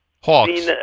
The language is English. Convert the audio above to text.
Hawks